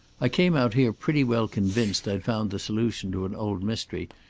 i came out here pretty well convinced i'd found the solution to an old mystery,